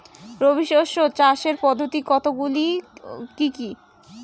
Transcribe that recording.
রবি শস্য চাষের পদ্ধতি কতগুলি কি কি?